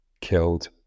killed